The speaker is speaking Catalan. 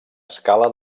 escala